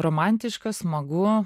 romantiška smagu